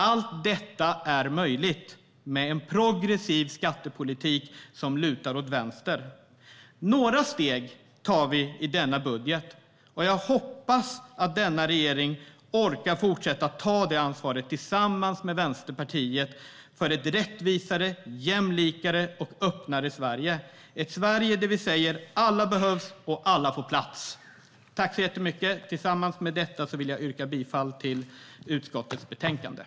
Allt detta är möjligt med en progressiv skattepolitik som lutar åt vänster. Några steg tar vi i denna budget. Jag hoppas att denna regering orkar fortsätta ta det ansvaret tillsammans med Vänsterpartiet, för ett rättvisare, jämlikare och öppnare Sverige - ett Sverige där vi säger: Alla behövs, och alla får plats! Jag yrkar bifall till utskottets förslag i betänkandet.